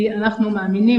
כי אנחנו מאמינים,